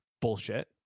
bullshit